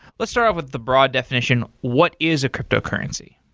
let's start off with the broad definition, what is a cryptocurrency?